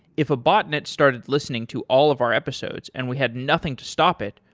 if a botnet started listening to all of our episodes and we had nothing to stop it,